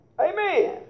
Amen